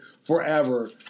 forever